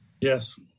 Yes